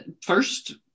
first